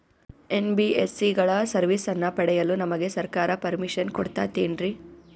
NBSC ಗಳ ಸರ್ವಿಸನ್ನ ಪಡಿಯಲು ನಮಗೆ ಸರ್ಕಾರ ಪರ್ಮಿಷನ್ ಕೊಡ್ತಾತೇನ್ರೀ?